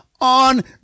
on